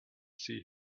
see